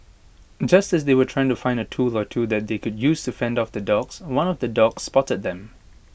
just as they were trying to find A tool or two that they could use to fend off the dogs one of the dogs spotted them